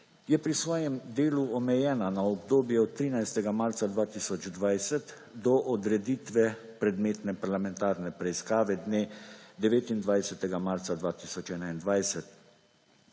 je pri svojem delu omejena na obdobje od 13. marca 2020 do odreditve predmetne parlamentarne preiskave dne 29. marca 2021.